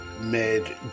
made